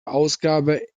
ausgabe